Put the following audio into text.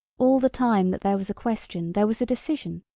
all the time that there was a question there was a decision.